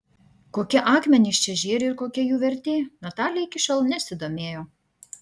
kokie akmenys čia žėri ir kokia jų vertė natalija iki šiol nesidomėjo